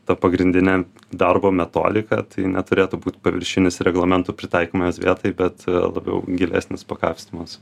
ta pagrindinė darbo metodika tai neturėtų būt paviršinis reglamentų pritaikymas vietai bet labiau gilesnis pakapstymas